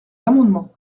l’amendement